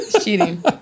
cheating